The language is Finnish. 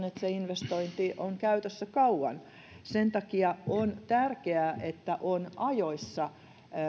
että se investointi on käytössä kauan sen takia on tärkeää että on ajoissa